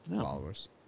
followers